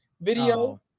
video